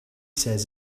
says